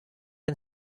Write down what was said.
and